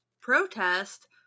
protest